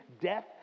death